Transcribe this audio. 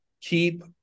keep